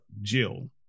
Jill